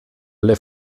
alle